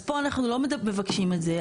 אז פה אנחנו לא מבקשים את זה,